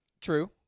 True